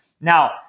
Now